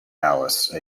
alice